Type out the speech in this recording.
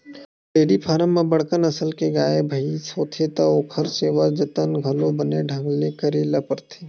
dairy farm म बड़का नसल के गाय, भइसी होथे त ओखर सेवा जतन घलो बने ढंग ले करे ल परथे